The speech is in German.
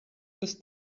ist